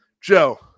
Joe